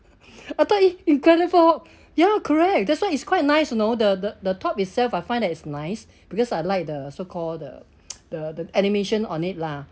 I thought it incredible ya correct that's why it's quite nice you know the the the top itself I find it nice because I like the so-called the the animation on it lah